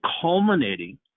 culminating